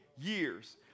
years